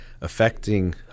affecting